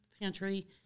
pantry